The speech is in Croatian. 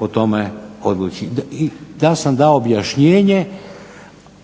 o tome odluči. ja sam dao objašnjenje,